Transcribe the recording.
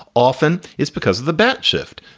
often it's because of the bat shift.